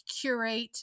curate